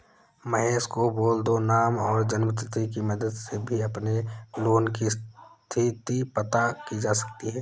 महेश को बोल दो नाम और जन्म तिथि की मदद से भी अपने लोन की स्थति पता की जा सकती है